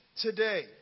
today